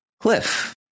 cliff